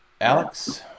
Alex